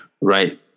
right